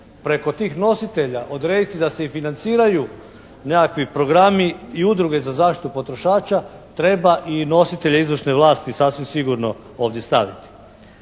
preko tih nositelja odrediti da se financiraju nekakvi programi i udruge za zaštitu potrošača treba i nositelje izvršne vlasti sasvim sigurno ovdje staviti.